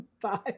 Bye